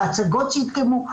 בהצגות שהתקיימו.